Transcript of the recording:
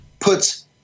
puts